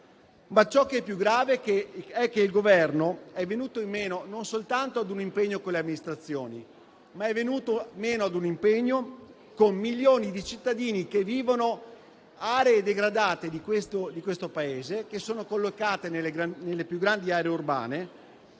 Ma ciò che è più grave che è che il Governo è venuto meno non soltanto a un impegno con le amministrazioni, ma anche a un impegno con milioni di cittadini che vivono in aree degradate del Paese, collocate nelle più grandi aree urbane,